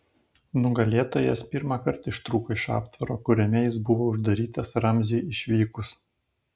nugalėtojas pirmąkart ištrūko iš aptvaro kuriame jis buvo uždarytas ramziui išvykus